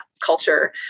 culture